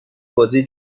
بازی